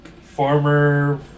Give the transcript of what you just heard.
Former